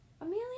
Amelia